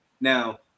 Now